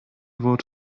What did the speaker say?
wort